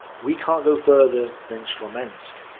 we can't go further than smolensk.